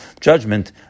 judgment